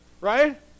right